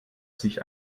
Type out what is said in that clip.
sich